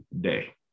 day